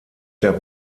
der